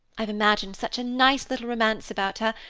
i've imagined such a nice little romance about her,